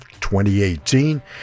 2018